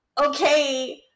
okay